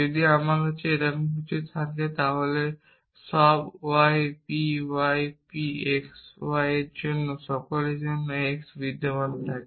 যদি আমার কাছে এইরকম কিছু থাকে তাহলে সব y p y p x y এর জন্য সকলের জন্য x বিদ্যমান থাকে